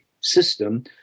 system